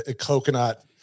coconut